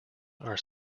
are